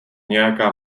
nějaká